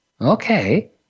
okay